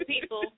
people